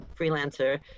freelancer